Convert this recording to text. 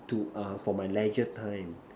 to a for my Leisure time